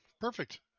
perfect